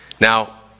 Now